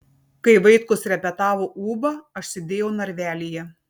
kai vaitkus repetavo ūbą aš sėdėjau narvelyje